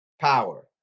power